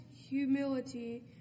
humility